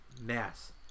mass